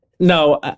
No